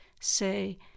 say